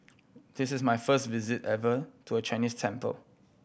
this is my first visit ever to a Chinese temple